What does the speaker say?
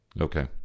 Okay